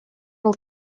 will